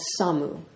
Samu